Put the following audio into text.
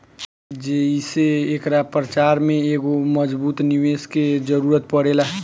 जेइसे एकरा प्रचार में एगो मजबूत निवेस के जरुरत पड़ेला